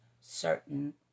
certain